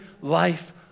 life